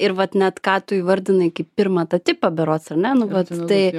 ir vat net ką tu įvardinai kaip pirmą tą tipą berods ar ne nu bet tai